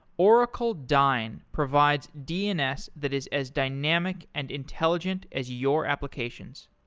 oracle dyn provides dns that is as dynamic and intelligent as your applications.